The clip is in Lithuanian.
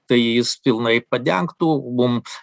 tai jis pilnai padengtų mum